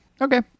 Okay